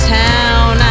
town